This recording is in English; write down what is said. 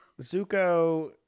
Zuko